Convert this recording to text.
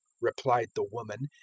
replied the woman,